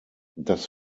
das